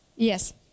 Yes